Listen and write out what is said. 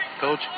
coach